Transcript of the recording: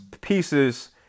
pieces